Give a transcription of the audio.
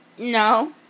No